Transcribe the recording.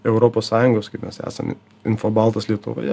europos sąjungos kaip mes esame infobaltas lietuvoje